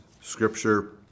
scripture